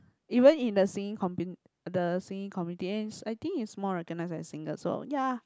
even in the singing commu~ the singing community and it's I think he is more recognised as singer so ya